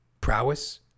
prowess